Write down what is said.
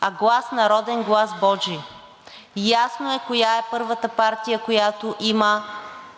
а глас народен – глас божи – ясно е коя е първата партия, която има